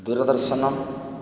Doordarshan